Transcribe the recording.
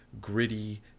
gritty